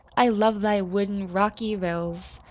i love thy wooden, rocky rills,